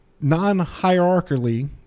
non-hierarchically